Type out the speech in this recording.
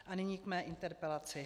A nyní k mé interpelaci.